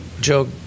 Joe